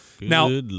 now